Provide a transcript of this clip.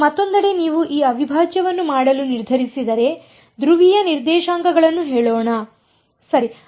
ಈಗ ಮತ್ತೊಂದೆಡೆ ನೀವು ಈ ಅವಿಭಾಜ್ಯವನ್ನು ಮಾಡಲು ನಿರ್ಧರಿಸಿದರೆ ಧ್ರುವೀಯ ನಿರ್ದೇಶಾಂಕಗಳನ್ನು ಹೇಳೋಣ ಸರಿ